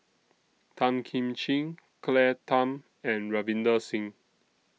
Tan Kim Ching Claire Tham and Ravinder Singh